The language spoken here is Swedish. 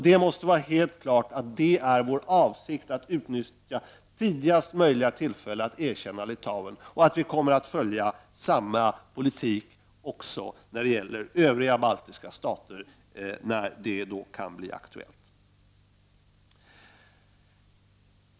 Det måste vara helt klart att det är vår avsikt att utnyttja tidigaste möjliga tillfälle att erkänna Litauen och att vi kommer att följa samma politik också när det gäller övriga baltiska stater då det kan bli aktuellt.